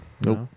Nope